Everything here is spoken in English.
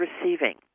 receiving